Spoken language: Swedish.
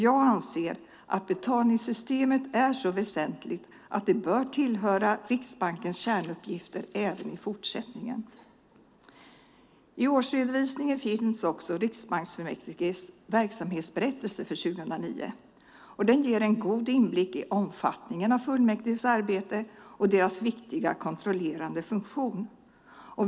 Jag anser att betalningssystemet är så väsentligt att det bör tillhöra Riksbankens kärnuppgifter även i fortsättningen. I årsredovisningen finns också riksbankfullmäktiges verksamhetsberättelse för 2009. Den ger en god inblick i omfattningen av fullmäktiges arbete och deras viktiga kontrollerande funktion.